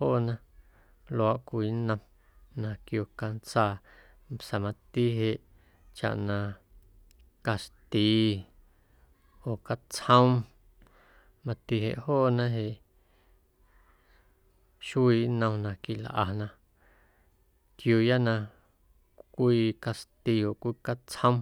joona luaaꞌ cwii nnom na quio cantsaa sa̱a̱ mati jeꞌ chaꞌ na caxti oo catsjom mati jeꞌ joona jeꞌ xuiiꞌ nnom na quilꞌana ntquiuuya na cwii caxti oo cwii catsjom.